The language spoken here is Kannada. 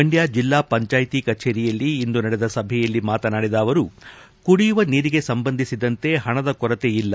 ಮಂಡ್ಯ ಜಿಲ್ಲಾ ಪಂಚಾಯಿತಿ ಕಚೇರಿಯಲ್ಲಿ ಇಂದು ನಡೆದ ಸಭೆಯಲ್ಲಿ ಮಾತನಾಡಿದ ಅವರು ಕುಡಿಯುವ ನೀರಿಗೆ ಸಂಬಂಧಿಸಿದಂತೆ ಹಣದ ಕೊರತೆ ಇಲ್ಲ